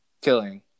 killing